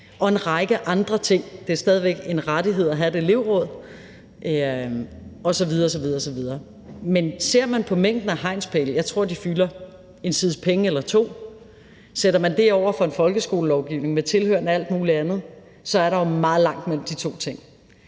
er en række andre ting. Det er stadig væk en rettighed at have et elevråd osv. osv. Men ser man på antallet af hegnspæle – jeg tror, de fylder en sides penge eller to – og sætter det over for en folkeskolelovgivning med tilhørende alt muligt andet, er der jo meget langt mellem de to ting.